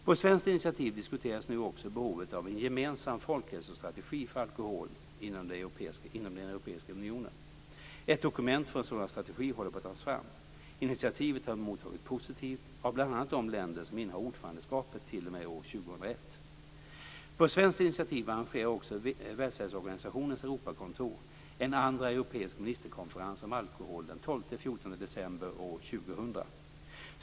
På svenskt initiativ diskuteras nu också behovet av en gemensam folkhälsostrategi för alkohol inom Europeiska unionen. Ett dokument för en sådan strategi håller på att tas fram. Initiativet har mottagits positivt av bl.a. de länder som innehar ordförandeskapet t.o.m. år 2001. På svenskt initiativ arrangerar också WHO:s Europakontor en andra europeisk ministerkonferens om alkohol den 12-14 december år 2000.